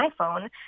iPhone